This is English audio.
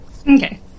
Okay